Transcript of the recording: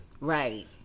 Right